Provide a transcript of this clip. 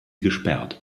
gesperrt